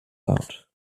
out